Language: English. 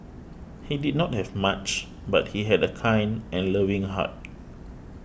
he did not have much but he had a kind and loving heart